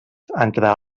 entre